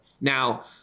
Now